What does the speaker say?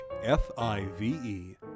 F-I-V-E